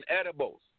edibles